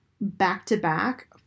back-to-back